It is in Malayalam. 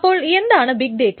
അപ്പോൾ എന്താണ് ബിഗ് ഡേറ്റ